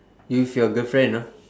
you with your girlfriend ah